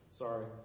Sorry